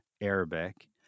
Arabic